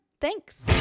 thanks